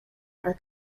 are